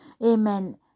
amen